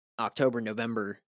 October-November